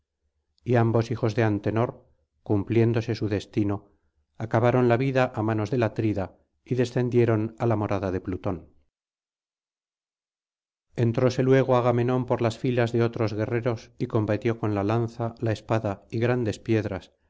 y ambos hijos de antenor cumpliéndose su destino acabaron la vida á manos del atrida y descendieron á la morada de pluton entróse luego agamenón por las filas de otros guerreros y combatió con la lanza la espada y grandes piedras